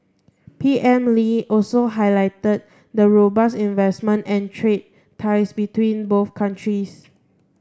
P M Lee also highlighted the robust investment and trade ties between both countries